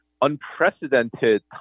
unprecedented